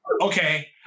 Okay